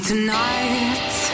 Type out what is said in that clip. Tonight